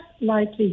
likely